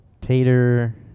Tater